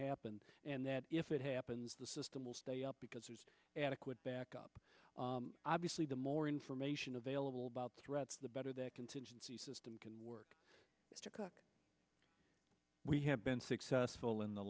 happen and that if it happens the system will stay up because there's adequate backup obviously the more information available about threats the better that contingency system can work we have been successful in the